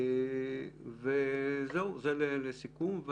זה לסיכום.